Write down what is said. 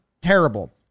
terrible